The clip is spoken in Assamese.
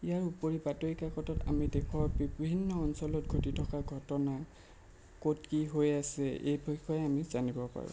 ইয়াৰ উপৰি বাতৰি কাকতত আমি দেশৰ বিভিন্ন অঞ্চলত ঘটি থকা ঘটনা ক'ত কি হৈ আছে এই বিষয়ে আমি জানিব পাৰোঁ